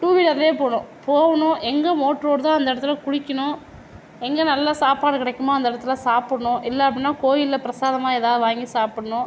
டூவீலர்லேயே போகணும் போகணும் எங்கே மோட்ரு ஓடுதோ அந்த இடத்துல குளிக்கணும் எங்கே நல்ல சாப்பாடு கிடைக்குமோ அந்த இடத்துல சாப்பிட்ணும் இல்லை அப்படின்னா கோயிலில் பிரசாதமாக எதாவது வாங்கி சாப்பிட்ணும்